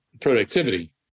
productivity